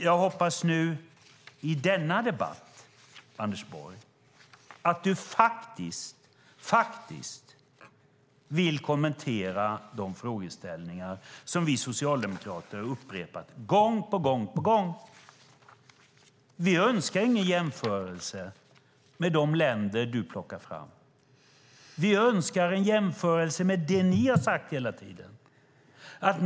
Jag hoppas att du nu i denna debatt, Anders Borg, vill kommentera de frågeställningar som vi socialdemokrater har upprepat gång på gång. Vi önskar ingen jämförelse med de länder du plockar fram. Vi önskar en jämförelse med det ni hela tiden har sagt.